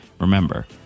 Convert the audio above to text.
remember